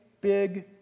big